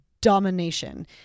domination